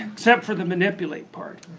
except for the manipulate part.